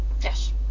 yes